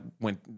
went